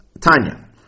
Tanya